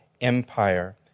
Empire